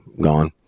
gone